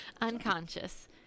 Unconscious